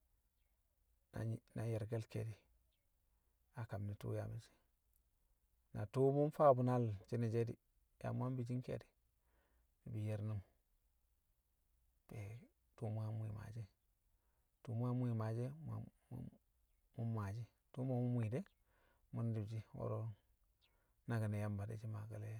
na yi̱, na ye̱rke̱l ke̱e̱di̱ kam ne̱ tṵṵ yaa me̱cce̱. Na tṵṵ mṵ mfaa bṵ naal shi̱nashe̱ di̱ ya mṵ yang bishi nke̱e̱di̱ di̱ ye̱r nṵm nte̱e̱ tṵṵ mṵ yang mwi̱i̱ maashi̱ e̱, tṵṵ mṵ yang mwi̱i̱ maashi̱ e̱ mṵ yang mu̱ yang maashi, tṵṵ ma mṵ mwi̱i̱ de̱ mṵ ndi̱b shi̱, wo̱ro̱ nnaki̱n ne̱ Yamba di̱shi̱ maake̱le̱